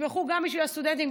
תתמכו גם בשביל הסטודנטים,